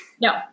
No